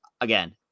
again